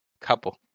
Couple